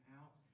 out